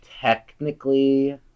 technically